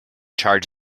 charge